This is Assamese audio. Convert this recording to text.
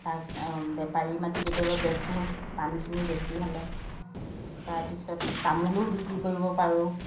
তাত বেপাৰী মাতি কেতিয়াবা বেচোঁ পানখিনি বেছি হ'লে তাৰপিছত তামোলো বিক্ৰী কৰিব পাৰোঁ